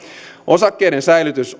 osakkeiden säilytys